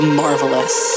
marvelous